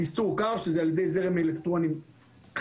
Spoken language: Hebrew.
פסטור קר על ידי זרם אלקטרוני חזק,